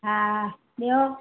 हा ॿियो